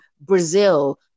brazil